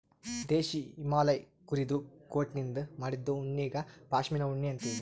ದೇಶೀ ಹಿಮಾಲಯ್ ಕುರಿದು ಕೋಟನಿಂದ್ ಮಾಡಿದ್ದು ಉಣ್ಣಿಗಾ ಪಶ್ಮಿನಾ ಉಣ್ಣಿ ಅಂತೀವಿ